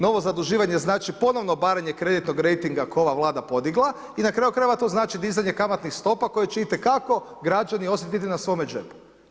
Novo zaduživanje znači ponovno obaranje kreditnog rejtinga koji je ova Vlada podigla i na kraju krajeva to znači dizanje kamatnih stopa koje će itekako građani osjetiti na svome džepu.